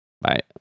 Bye